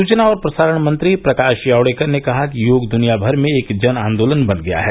सूचना और प्रसारण मंत्री प्रकाश जावड़ेकर ने कहा कि योग दुनियाभर में एक जन आन्दोलन बन गया है